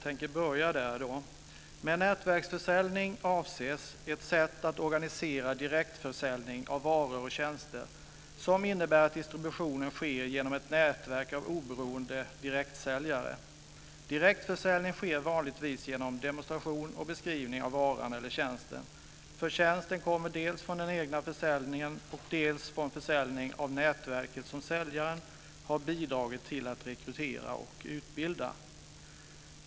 Med nätverksförsäljning avses ett sätt att organisera direktförsäljning av varor och tjänster som innebär att distributionen sker genom ett nätverk av oberoende direktsäljare. Direktförsäljning sker vanligtvis genom demonstration och beskrivning av varan eller tjänsten. Förtjänsten kommer dels från den egna försäljningen, dels från försäljning av nätverket som säljaren har bidragit till att rekrytera och utbilda.